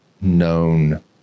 known